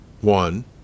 One